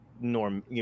norm